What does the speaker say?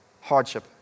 hardship